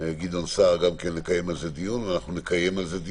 גדעון סער לקיים על כך דיון ואנחנו נעשה את זה.